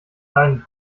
beiden